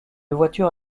voiture